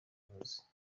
imbabazi